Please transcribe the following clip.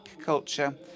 culture